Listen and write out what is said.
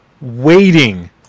waiting